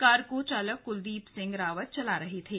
car को चालक कुलदीप सिंह रावत चला रहे थे